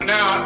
Now